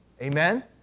Amen